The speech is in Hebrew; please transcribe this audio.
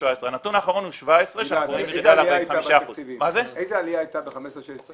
הנתון האחרון הוא 2017. איזו עלייה הייתה ב-2016-2015?